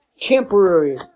temporary